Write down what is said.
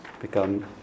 become